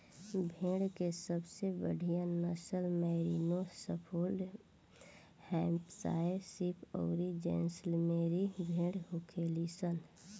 भेड़ के सबसे बढ़ियां नसल मैरिनो, सफोल्क, हैम्पशायर शीप अउरी जैसलमेरी भेड़ होखेली सन